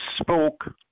spoke